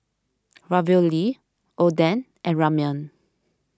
Ravioli Oden and Ramyeon